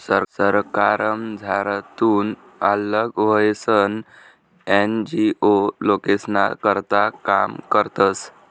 सरकारमझारथून आल्लग व्हयीसन एन.जी.ओ लोकेस्ना करता काम करतस